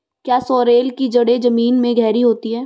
क्या सोरेल की जड़ें जमीन में गहरी होती हैं?